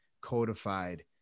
codified